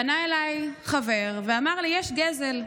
פנה אליי חבר ואמר לי: יש גזל.